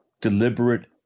deliberate